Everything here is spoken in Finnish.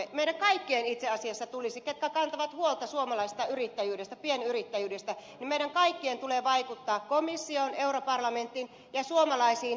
meidän kaikkien itse asiassa ketkä kannamme huolta suomalaisesta pienyrittäjyydestä meidän kaikkien tulee vaikuttaa komissioon europarlamenttiin ja suomalaisiin europarlamentaarikkoihin